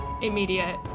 immediate